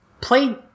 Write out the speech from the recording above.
Play